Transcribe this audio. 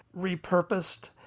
repurposed